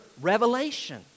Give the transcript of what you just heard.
revelation